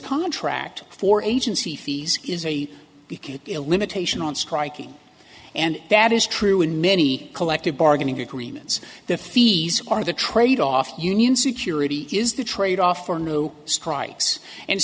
contract for agency fees is a because of elimination on striking and that is true in many collective bargaining agreements the fees are the trade off union security is the trade off for new strikes and